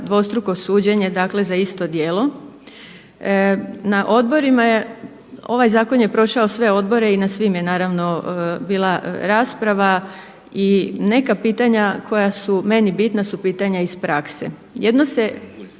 dvostruko suđenje za isto djelo. Ovaj zakon je prošao sve odbora i na svim je naravno bila rasprava i neka pitanja koja su meni bitna su pitanja iz prakse. Jedno se